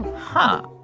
huh.